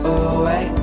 away